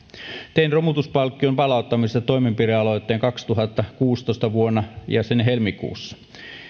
tein romutuspalkkion palauttamisesta toimenpidealoitteen vuoden kaksituhattakuusitoista helmikuussa